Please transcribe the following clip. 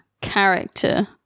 character